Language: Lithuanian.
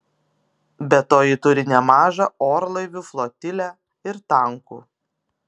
be to ji turi nemažą orlaivių flotilę ir tankų